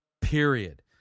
Period